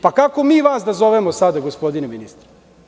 Pa kako mi vas sada da zovemo gospodine ministre?